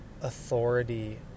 authority